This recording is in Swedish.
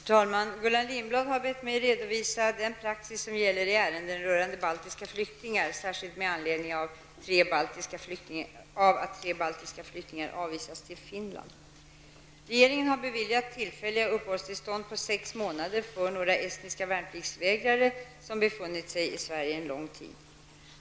Herr talman! Gullan Lindblad har bett mig redovisa den praxis som gäller i ärenden rörande baltiska flyktingar, särskilt med anledning av att tre baltiska flyktingar avvisats till Finland. Regeringen har beviljat tillfälliga uppehållstillstånd på sex månader för några estniska värnpliktsvägrare som befunnit sig i Sverige en lång tid.